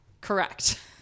Correct